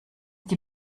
die